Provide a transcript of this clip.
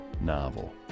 novel